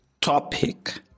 topic